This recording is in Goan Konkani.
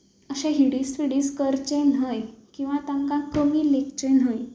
अशें हिडीस फिडीस करचें न्हय किंवा तांकां कमी लेखचें न्हय